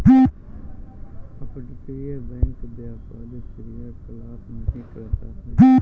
अपतटीय बैंक व्यापारी क्रियाकलाप नहीं करता है